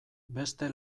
beste